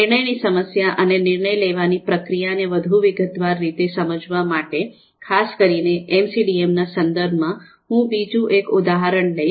નિર્ણયની સમસ્યા અને નિર્ણય લેવાની પ્રક્રિયાને વધુ વિગતવાર રીતે સમજવા માટે ખાસ કરીને એમસીડીએમના સંદર્ભમાં હું બીજું એક ઉદાહરણ લઈશ